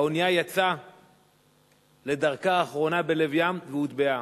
האונייה יצאה לדרכה האחרונה בלב ים והוטבעה.